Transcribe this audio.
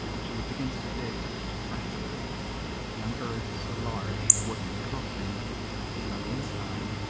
she begins to dig frantically and unearths a large, wooden coffin and on the inside.